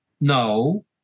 No